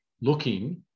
looking